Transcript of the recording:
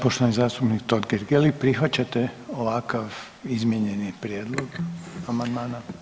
Poštovani zastupnik Totgergeli, prihvaćate ovakav izmijenjeni prijedlog amandmana?